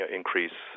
increase